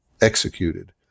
executed